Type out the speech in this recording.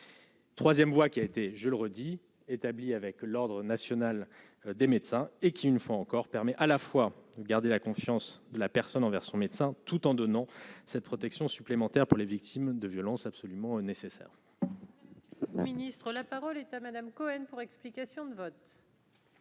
3ème voie qui a été, je le redis, établi avec l'Ordre national des médecins et qui, une fois encore, permet à la fois garder la confiance de la personne envers son médecin tout en donnant cette protection supplémentaire pour les victimes de violences absolument nécessaire.